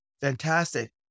Fantastic